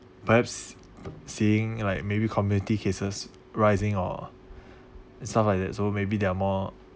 perhaps seeing like maybe community cases rising or some like that so maybe there are more